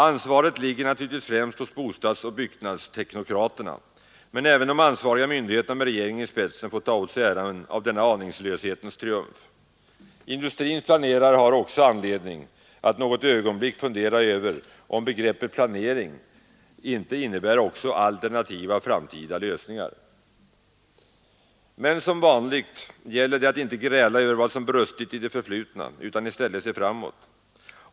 Ansvaret ligger naturligtvis främst hos bostadsoch byggnadsteknokraterna, men även de ansvariga myndigheterna med regeringen i spetsen får ta åt sig äran av denna aningslöshetens triumf. Industrins planerare har också anledning att något ögonblick fundera över om begreppet planering inte innebär också alternativa framtida lösningar. Men som vanligt gäller det att inte gräla över vad som brustit i det förflutna utan i stället se framåt.